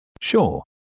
Sure